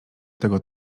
tego